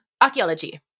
Archaeology